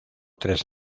tres